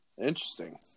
Interesting